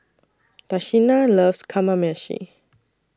Tashina loves Kamameshi